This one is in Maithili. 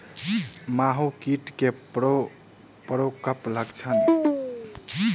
माहो कीट केँ प्रकोपक लक्षण?